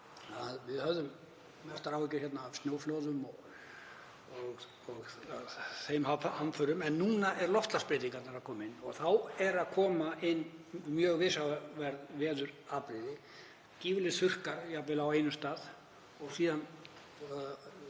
Við höfðum mestar áhyggjur af snjóflóðum og þeim hamförum en núna eru loftslagsbreytingarnar að gerast og þá eru að koma inn mjög viðsjárverð veðurafbrigði, gífurlegir þurrkar jafnvel á einum stað og síðan